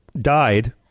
died